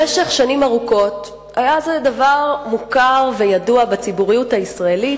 במשך שנים ארוכות היה זה דבר מוכר וידוע בציבוריות הישראלית